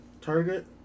target